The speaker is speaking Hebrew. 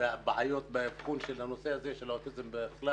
בעיות באבחון של הנושא הזה של האוטיזם בכלל